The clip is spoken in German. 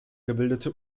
gebildete